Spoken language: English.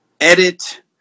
edit